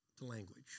language